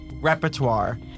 repertoire